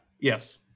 yes